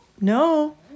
no